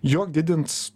jog didins